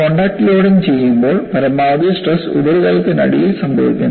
contact loading ചെയ്യുമ്പോൾ പരമാവധി stress ഉപരിതലത്തിനടിയിൽ സംഭവിക്കുന്നു